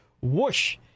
whoosh